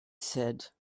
said